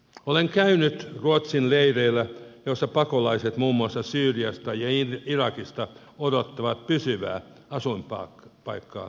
olen käynyt ruotsin leireillä joissa pakolaiset muun muassa syyriasta ja irakista odottavat pysyvää asuinpaikkaa uudessa maassa